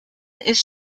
ist